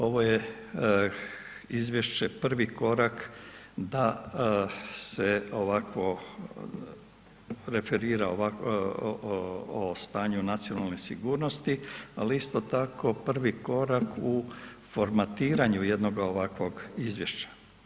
Ovo je izvješće prvi korak da se ovakvo referira o stanju nacionalne sigurnosti ali isto tako prvi korak u formatiranju jednog ovakvog izvješća.